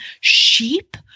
sheep